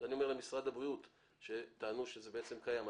את זה אני אומר למשרד הבריאות שטען שזה היה קיים.